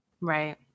Right